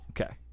Okay